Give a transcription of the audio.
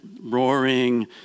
roaring